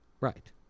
Right